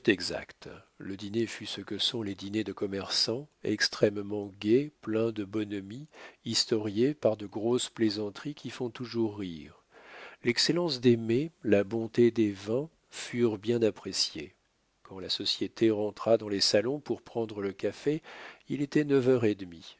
le dîner fut ce que sont les dîners de commerçants extrêmement gai plein de bonhomie historié par de grosses plaisanteries qui font toujours rire l'excellence des mets la bonté des vins furent bien appréciées quand la société rentra dans les salons pour prendre le café il était neuf heures et demie